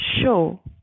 show